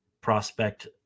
prospect